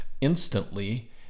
instantly